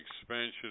Expansion